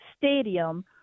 stadium